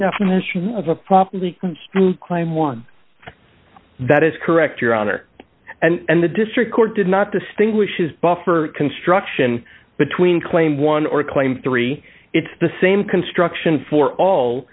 definition of a properly construed claim one that is correct your honor and the district court did not distinguish is buffer construction between claim one or claim three it's the same construction for all